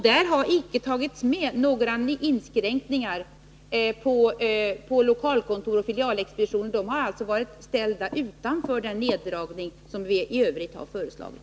Det har icke gjorts några inskränkningar på lokalkontor och filialexpeditioner, utan dessa har varit ställda utanför den neddragning som vi i övrigt har föreslagit.